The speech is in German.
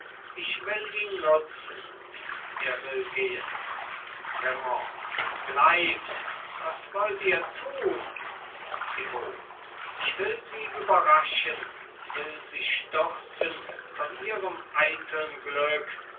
ich will ihn nutzen er will gehen raimond bleibt was wollt ihr tun thibaut ich will sie überraschen will sie stürzen von ihrem eiteln glück